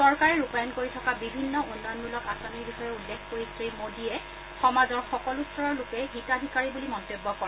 চৰকাৰে ৰূপায়ণ কৰি থকা বিভিন্ন উন্নয়নমূলক আঁচনিৰ বিষয়ে উল্লেখ কৰি শ্ৰীমোদীয়ে সমাজৰ সকলো স্তৰৰ লোকেই হিতাধিকাৰী বুলি মন্তব্য কৰে